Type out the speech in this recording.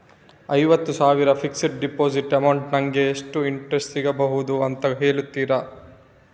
ಐವತ್ತು ಸಾವಿರ fixed deposit amount ಗೆ ನಂಗೆ ಎಷ್ಟು ಇಂಟ್ರೆಸ್ಟ್ ಸಿಗ್ಬಹುದು ಅಂತ ಹೇಳ್ತೀರಾ?